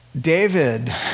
David